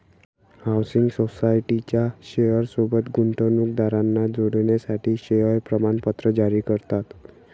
housing सोसायटीच्या share सोबत गुंतवणूकदारांना जोडण्यासाठी शेअर प्रमाणपत्र जारी करतात